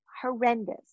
horrendous